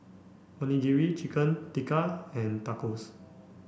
Onigiri Chicken Tikka and Tacos